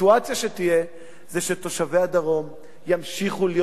הסיטואציה שתהיה היא שתושבי הדרום ימשיכו להיות